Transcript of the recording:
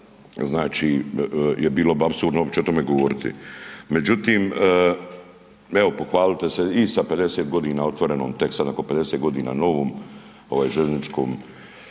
znači je bilo bi apsurdno uopće o tome govoriti. Međutim, evo pohvalite se i sa 50 godina otvorenom tek sad nakon 50 godina novom željezničkom